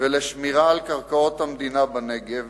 ולשמירה על קרקעות המדינה בנגב,